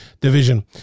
division